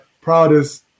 proudest